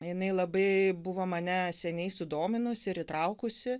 jinai labai buvo mane seniai sudominusi ir įtraukusi